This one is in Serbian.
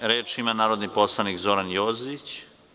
Reč ima narodni poslanik Zoran Jozić.